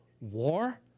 war